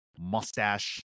mustache